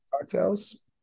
cocktails